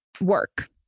work